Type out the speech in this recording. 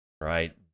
right